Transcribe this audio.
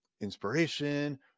inspiration